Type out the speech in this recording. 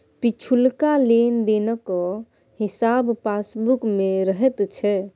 पिछुलका लेन देनक हिसाब पासबुक मे रहैत छै